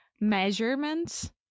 measurements